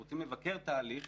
שרוצים לבקר תהליך